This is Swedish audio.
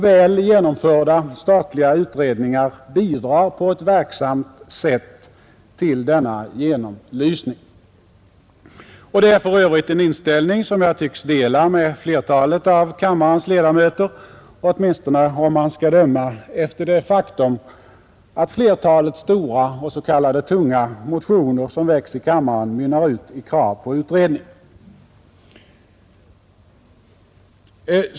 Väl genomförda statliga utredningar bidrar på ett verksamt sätt till denna genomlysning. Detta är för övrigt en inställning som jag tycks dela med flertalet av kammarens ledamöter, åtminstone om man skall döma efter det faktum, att flertalet stora och s.k. tunga motioner som väcks i kammaren mynnar ut i krav på utredning.